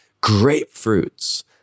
Grapefruits